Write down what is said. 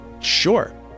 Sure